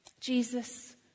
Jesus